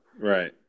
Right